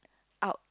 out